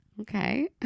Okay